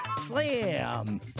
slam